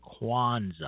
Kwanzaa